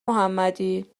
محمدی